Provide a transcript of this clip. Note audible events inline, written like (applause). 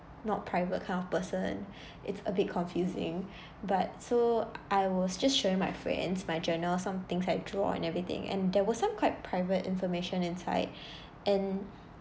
not private kind of person (breath) it's a bit confusing (breath) but so I was just showing my friends my journal some things I draw and everything and there was some quite private information inside (breath) and